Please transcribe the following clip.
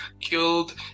killed